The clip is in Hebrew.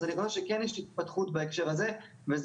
מה שכן יש התפתחות בהקשר הזה וזה